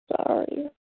sorry